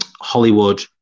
Hollywood